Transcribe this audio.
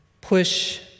push